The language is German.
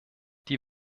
die